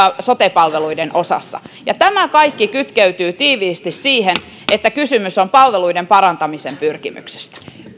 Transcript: sote palveluiden osassa ja tämä kaikki kytkeytyy tiiviisti siihen että kysymys on palveluiden parantamisen pyrkimyksestä